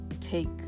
take